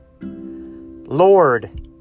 Lord